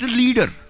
leader